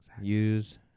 use